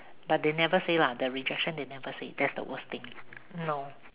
but they never say lah the rejection they never say that's the worst thing !hannor!